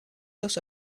also